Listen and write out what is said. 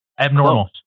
abnormal